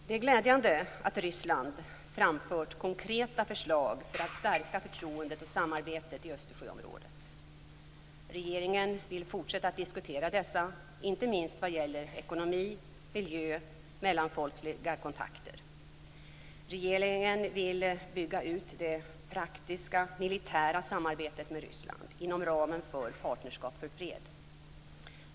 Det är glädjande att Ryssland framfört konkreta förslag för att stärka förtroendet och samarbetet i Östersjöområdet. Regeringen vill fortsätta att diskutera dessa, inte minst vad gäller ekonomi, miljö och mellanfolkliga kontakter. Regeringen vill bygga ut det praktiska militära samarbetet med Ryssland inom ramen för Partnerskap för fred.